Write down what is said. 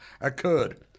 occurred